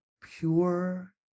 pure